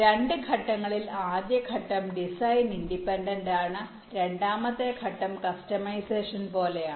രണ്ട് ഘട്ടങ്ങളിൽ ആദ്യഘട്ടം ഡിസൈൻ ഇൻഡിപെൻഡന്റ് ആണ് രണ്ടാമത്തെ ഘട്ടം കസ്റ്റമൈസേഷൻ പോലെയാണ്